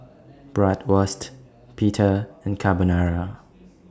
Bratwurst Pita and Carbonara